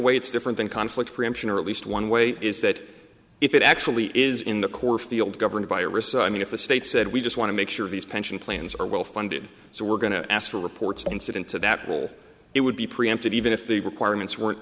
way it's different than conflicts preemption or at least one way is that if it actually is in the core field governed by a risk i mean if the state said we just want to make sure these pension plans are well funded so we're going to ask for reports incident to that will it would be preempted even if the requirements weren't